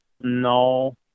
No